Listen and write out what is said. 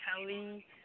Kelly